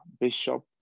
bishop